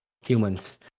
humans